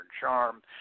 charm